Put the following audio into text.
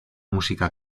música